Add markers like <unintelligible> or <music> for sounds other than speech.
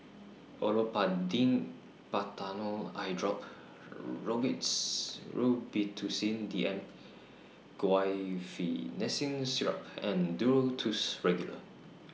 Olopatadine Patanol Eyedrop <unintelligible> Robitussin D M Guaiphenesin Syrup and Duro Tuss Regular